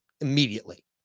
immediately